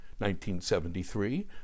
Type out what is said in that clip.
1973